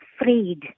afraid